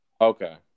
Okay